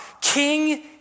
King